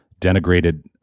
denigrated